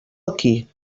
aquí